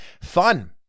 Fun